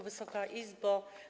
Wysoka Izbo!